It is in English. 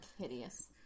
hideous